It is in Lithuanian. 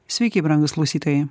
sveiki brangūs klausytojai